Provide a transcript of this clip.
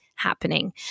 happening